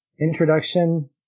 introduction